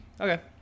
Okay